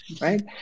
Right